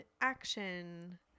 Action